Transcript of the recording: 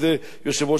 יושב-ראש הכנסת,